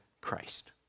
Christ